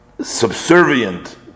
subservient